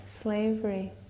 slavery